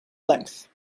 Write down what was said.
length